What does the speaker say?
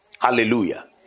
Hallelujah